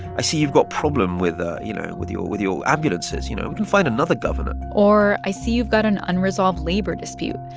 i see you've got a problem with, ah you know, with your with your ambulances. you know, we can find another governor or, i see you've got an unresolved labor dispute.